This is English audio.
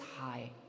High